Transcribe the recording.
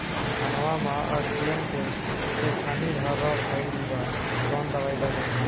धनवा मै अखियन के खानि धबा भयीलबा कौन दवाई डाले?